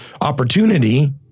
opportunity